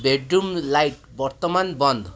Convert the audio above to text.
bedroom light ବର୍ତ୍ତମାନ ବନ୍ଦ